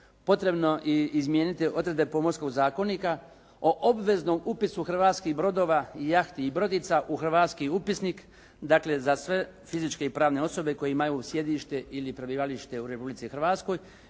potrebno izmjeni odredbe Pomorskog zakonika o obveznom upisu hrvatskih brodova i jahti i brodica u hrvatski upisnik. Dakle, za sve fizičke i pravne osobe koje imaju sjedište ili prebivalište u Republici Hrvatskoj,